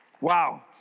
Wow